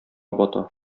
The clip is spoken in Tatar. бата